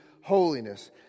holiness